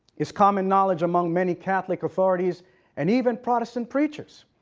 is common knowledge, among many catholic authorities and even protestant preachers?